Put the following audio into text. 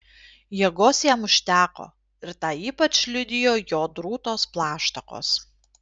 jėgos jam užteko ir tą ypač liudijo jo drūtos plaštakos